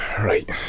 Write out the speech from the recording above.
Right